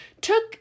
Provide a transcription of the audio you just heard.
took